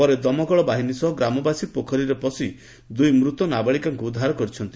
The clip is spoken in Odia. ପରେ ଦମକଳବାହିନୀ ସହ ଗ୍ରାମବାସୀ ପୋଖରୀରେ ପଶି ଦୁଇ ମୂତ ନାବାଳିକାଙ୍କ ଉଦ୍ଧାର କରିଛନ୍ତି